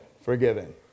forgiven